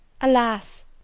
Alas